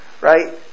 right